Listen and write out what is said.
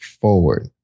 forward